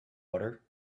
butter